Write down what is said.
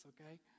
Okay